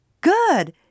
Good